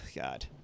god